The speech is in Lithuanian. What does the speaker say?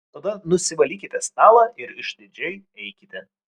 o tada nusivalykite stalą ir išdidžiai eikite